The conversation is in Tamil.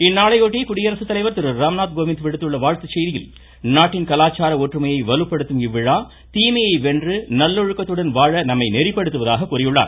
இந்நாளையொட்டி குடியரசு தலைவர் திருராம்நாத் கோவிந்த் விடுத்துள்ள வாழ்த்துச் செய்தியில் நாட்டின் கலாச்சார ஒற்றுமையை வலுப்படுத்தும் இவ்விழா தீமையை வென்று நல்லொழுக்கத்துடன் வாழ நம்மை நெறிப்படுத்துவதாக கூறியுள்ளார்